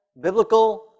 biblical